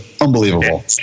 unbelievable